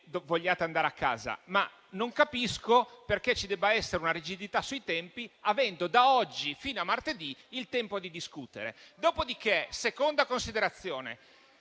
vogliate andare a casa, ma non capisco però perché ci debba essere una rigidità sui tempi, avendo da oggi fino a martedì il tempo di discutere. Vorrei passare quindi a una seconda considerazione;